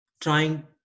trying